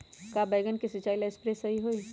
का बैगन के सिचाई ला सप्रे सही होई?